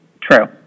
True